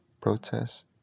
Protests